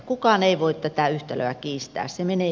kukaan ei voi tätä yhtälöä kiistää